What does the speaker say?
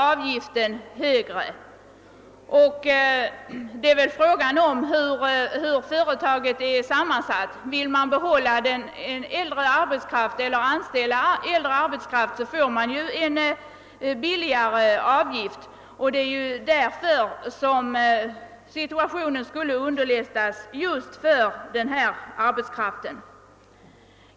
Avgiftens storlek skulle bero på hur arbetskraften vid företaget är sammansatt. Vill man behålla äldre arbetskraft eller anställa sådan får man ju en lägre avgift. Det är därför situationen skulle underlättas just för den äldre arbetskraften.